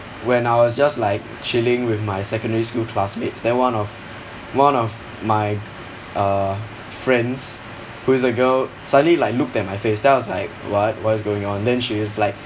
when I was just like chilling with my secondary school classmates then one of one of my uh friends who is a girl suddenly like looked at my face then I was like what what is going on then she was like